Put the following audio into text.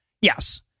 Yes